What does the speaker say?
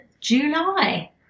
July